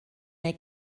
neu